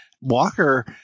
Walker